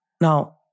Now